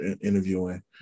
interviewing